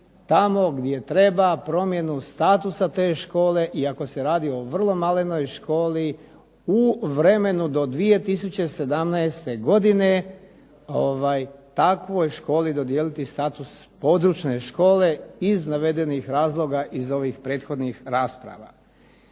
tamo gdje treba promjenu statusa te škole i ako se radi o vrlo malenoj školi u vremenu do 2017. godine takvoj školi dodijeliti status područne škole iz navedenih razloga iz ovih prethodnih rasprava.